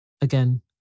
Again